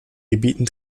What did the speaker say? gebieten